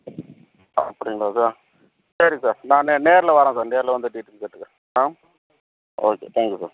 அப்படிங்களா சார் சரி நான் நே நேரில் வரேன் சார் நேரில் வந்து டீட்டெய்ல் கேட்டுக்கிறேன் ஆ ஓகே தேங்க் யூ சார்